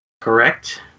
Correct